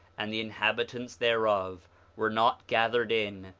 and the inhabitants thereof were not gathered in,